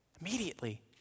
Immediately